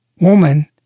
woman